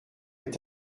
est